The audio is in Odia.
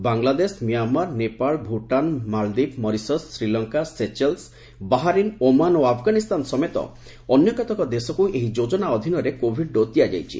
Bangladesh Myanmar Nepal Bhutan Maldives Mauritius Sri Lanka Seychelles Bahrain Oman ଓ ଆଫଗାନିସ୍ଥାନ ସମେତ ଅନ୍ୟକେତେକ ଦେଶକୁ ଏହି ଯୋଜନା ଅଧୀନରେ କୋଭିଡ ଡୋକ୍ ଦିଆଯାଇଛି